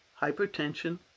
hypertension